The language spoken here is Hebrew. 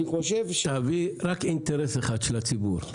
תביא רק אינטרס אחד של הציבור.